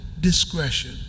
discretion